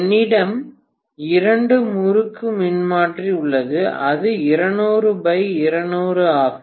என்னிடம் இரண்டு முறுக்கு மின்மாற்றி உள்ளது இது 200200 ஆகும்